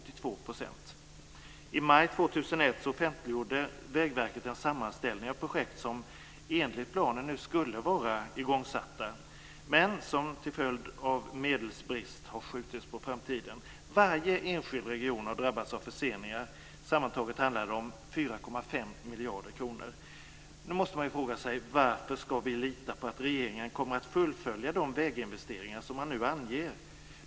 I maj 2001 offentliggjorde Vägverket en sammanställning av projekt som enligt planen nu skulle vara igångsatta, men som till följd av medelsbrist skjutits på framtiden. Varje enskild region har drabbats av förseningar. Sammantaget handlar det om 4,5 miljarder kronor. Nu måste man fråga sig varför vi ska lita på att regeringen kommer att fullfölja de väginvesteringar som man nu anger.